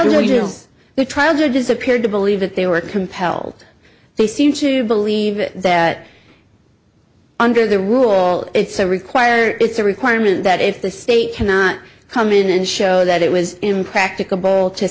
deal with trials or disappeared to believe that they were compelled they seem to believe that under the rule it's a required it's a requirement that if the state cannot come in and show that it was impractica